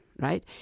right